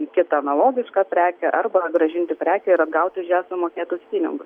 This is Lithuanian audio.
į kitą analogišką prekę arba grąžinti prekę ir atgauti už ją sumokėtus pinigus